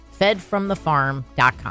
fedfromthefarm.com